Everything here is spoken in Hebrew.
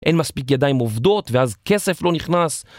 אין מספיק ידיים עובדות, ואז כסף לא נכנס.